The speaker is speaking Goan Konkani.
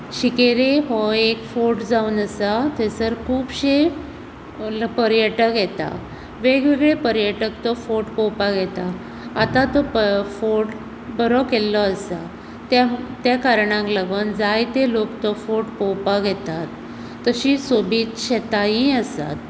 शिंकेरी हो एक फोर्ट जावन आसा थंयसर खुबशीं पर्यटक येता वेगळे वेगळे पर्यटक तो फोर्ट पळोवपाक येता आतां तो फोर्ट बरो केल्लो आसा त्या कारणाक लागून जायते लोक तो फोर्ट पळोवपाक येतात तशींच सोबीत शेताय आसात